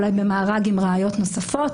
אולי במארג עם ראיות נוספות,